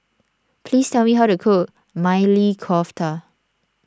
please tell me how to cook Maili Kofta